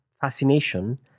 fascination